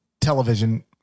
television